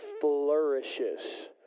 flourishes